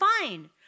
fine